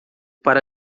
para